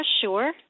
sure